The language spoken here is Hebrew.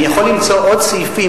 אני יכול למצוא עוד סעיפים,